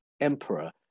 emperor